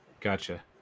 Gotcha